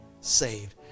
saved